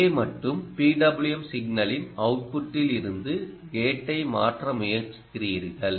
இங்கே மட்டுமே PWM சிக்னலின் அவுட்புட்டில் இருந்து கேட்டை மாற்ற முயற்சிக்கிறீர்கள்